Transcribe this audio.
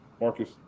Marcus